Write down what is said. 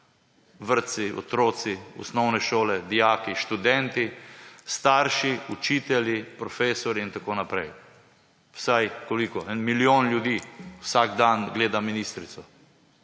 vrtci, otroci, osnovne šole, dijaki, študenti, starši, učitelji, profesorji in tako naprej. Vsaj – koliko – en milijon ljudi vsak dan gleda ministrico